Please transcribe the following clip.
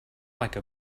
like